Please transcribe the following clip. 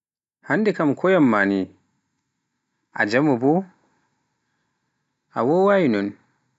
Hannde ko yanma, a jaamo boo, a wowai non.